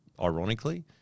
ironically